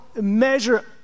measure